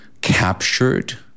captured